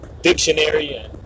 Dictionary